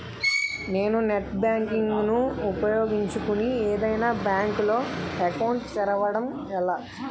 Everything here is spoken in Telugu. నేను నెట్ బ్యాంకింగ్ ను ఉపయోగించుకుని ఏదైనా బ్యాంక్ లో అకౌంట్ తెరవడం ఎలా?